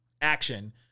action